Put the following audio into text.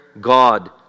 God